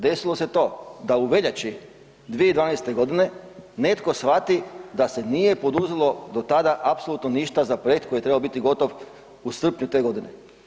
De silo se to da u veljači 2012. g. netko shvati da se nije poduzelo do tada apsolutno ništa za projekt koji je trebao biti gotov u srpnju te godine.